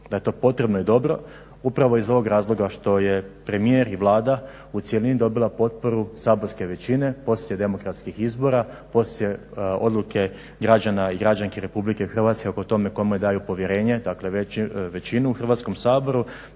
da je to potrebno i dobro upravo iz ovog razloga što je premijer i Vlada u cjelini dobila potporu saborske većine poslije demokratskih izbora poslije odluke građana i građanki RH o tome kome daju povjerenje. Dakle većinu u Hrvatskom saboru